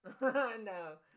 No